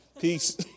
Peace